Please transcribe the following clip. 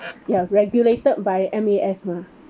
ya regulated by M_A_S mah